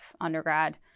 undergrad